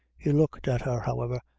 he looked at her, however,